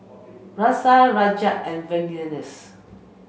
Razia Rajat and Verghese